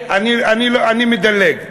אני מדלג.